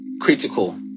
critical